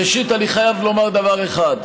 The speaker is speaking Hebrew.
ראשית, אני חייב לומר דבר אחד: